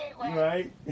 Right